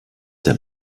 der